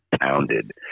pounded